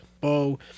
bow